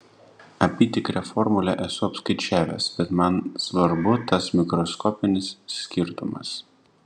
apytikrę formulę esu apskaičiavęs bet man svarbu tas mikroskopinis skirtumas